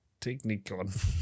technicon